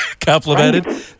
complimented